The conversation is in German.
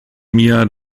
mir